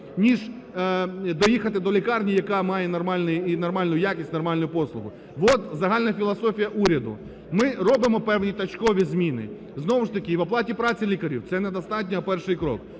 ніж поїхати до лікарні, яка має нормальний і нормальну якість, нормальну послугу. От загальна філософія уряду. Ми робимо певні точкові зміни, знову ж таки і в оплаті праці лікарю, це недостатньо, а перший крок,